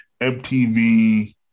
MTV